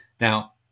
Now